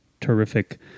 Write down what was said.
terrific